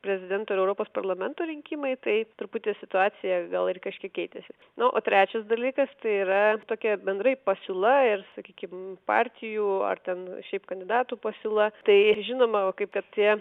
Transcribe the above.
prezidento ir europos parlamento rinkimai tai truputį situacija gal ir kažkiek keitėsi na o trečias dalykas tai yra tokia bendrai pasiūla ir sakykim partijų ar ten šiaip kandidatų pasiūla tai žinoma kaip ir tie